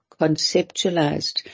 conceptualized